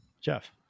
Jeff